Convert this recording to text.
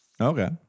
Okay